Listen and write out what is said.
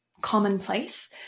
commonplace